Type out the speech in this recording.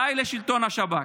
די לשלטון השב"כ.